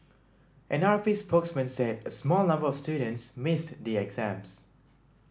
an R P spokesman said a small number of students missed the exams